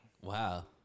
Wow